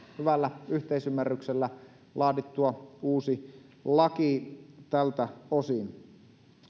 hyvällä yhteisymmärryksellä laadittua uusi laki tältä osin